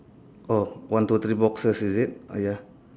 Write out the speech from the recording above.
oh one two three boxes is it ah ya